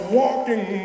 walking